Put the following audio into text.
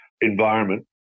environment